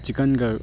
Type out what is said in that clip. ꯆꯤꯛꯀꯟꯒ